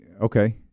Okay